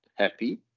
happy